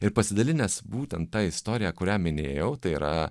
ir pasidalinęs būtent ta istorija kurią minėjau tai yra